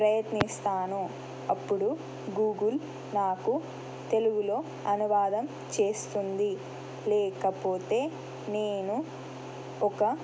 ప్రయత్నిస్తాను అప్పుడు గూగుల్ నాకు తెలుగులో అనువాదం చేస్తుంది లేకపోతే నేను ఒక